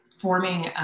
forming